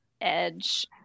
edge